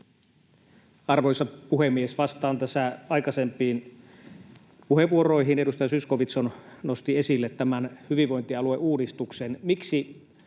Arvoisa puhemies! Vastaan tässä aikaisempiin puheenvuoroihin. Edustaja Zyskowicz nosti esille tämän hyvinvointialueuudistuksen. Miksi